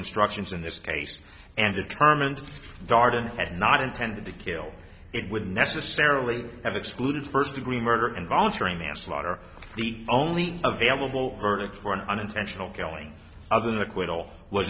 instructions in this case and determined darden had not intended to kill it would necessarily have excluded first degree murder involuntary manslaughter the only available verdict for an unintentional killing other than acquittal was